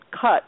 cut